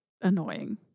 annoying